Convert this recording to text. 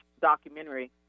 documentary